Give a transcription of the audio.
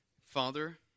Father